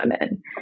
women